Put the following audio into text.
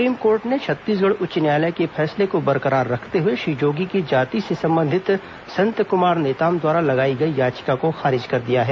supreme court ने छत्तीसगढ़ उच्च न्यायालय के फैसले को बरकरार रखते हुए श्री जोगी की जाति से संबंधित संत कुमार नेताम द्वारा लगाई गई याचिका को खारिज कर दिया है